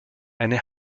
eine